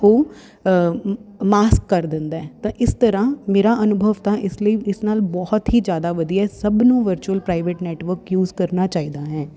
ਉਹ ਮਾਸਕ ਕਰ ਦਿੰਦਾ ਤਾਂ ਇਸ ਤਰ੍ਹਾਂ ਮੇਰਾ ਅਨੁਭਵ ਤਾਂ ਇਸ ਲਈ ਇਸ ਨਾਲ ਬਹੁਤ ਹੀ ਜ਼ਿਆਦਾ ਵਧੀਆ ਸਭ ਨੂੰ ਵਰਚੁਅਲ ਪ੍ਰਾਈਵੇਟ ਨੈਟਵਰਕ ਯੂਜ ਕਰਨਾ ਚਾਹੀਦਾ ਹੈ